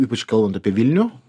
ypač kalbant apie vilnių